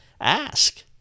ask